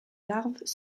larves